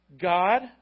God